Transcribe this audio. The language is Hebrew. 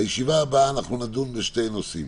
בישיבה הבאה נדון בשני נושאים: